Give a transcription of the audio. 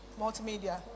multimedia